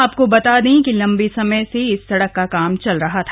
आपको बता दें कि लम्बे समय से इस सड़क का काम चल रहा था